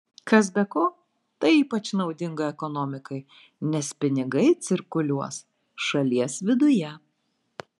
kas be ko tai ypač naudinga ekonomikai nes pinigai cirkuliuos šalies viduje